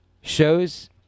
shows